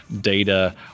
data